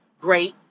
great